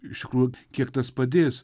iš tikrųjų kiek tas padės